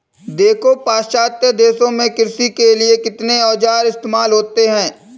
देखो पाश्चात्य देशों में कृषि के लिए कितने औजार इस्तेमाल होते हैं